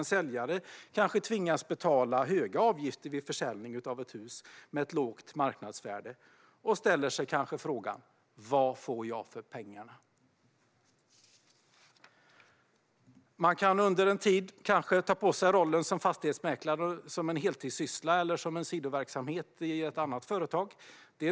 En säljare kan tvingas betala höga avgifter vid försäljning av ett hus med lågt marknadsvärde och ställer sig kanske frågan: "Vad får jag för pengarna?" Man kan under en tid ta på sig rollen som fastighetsmäklare som en heltidssyssla eller som en sidoverksamhet i ett annat företag.